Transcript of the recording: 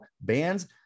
bands